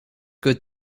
good